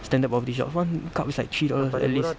standard bubble tea shops one cup is like three dollars lah at least